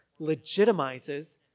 legitimizes